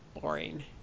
boring